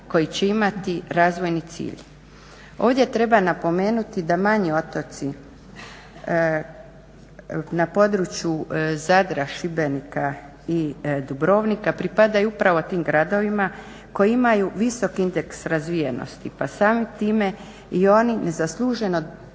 koji će imati razvojni cilj. Ovdje treba napomenuti da manji otoci na području Zadra, Šibenika i Dubrovnika pripadaju upravo tim gradovima koji imaju visok indeks razvijenosti pa samim time i oni nezasluženo dobivaju